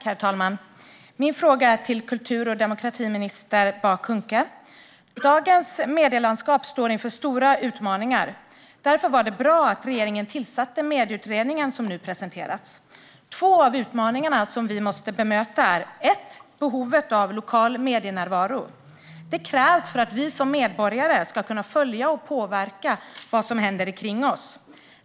Herr talman! Min fråga är till kultur och demokratiminister Bah Kuhnke. Dagens medielandskap står inför stora utmaningar. Därför var det bra att regeringen tillsatte Medieutredningen som nu presenterats. Två av utmaningarna som vi måste bemöta är för det första behovet av lokal medienärvaro. Det krävs för att vi som medborgare ska kunna följa och påverka vad som händer omkring oss.